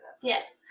Yes